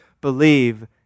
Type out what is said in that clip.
believe